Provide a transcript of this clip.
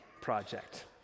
project